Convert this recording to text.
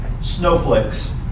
snowflakes